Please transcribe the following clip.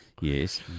Yes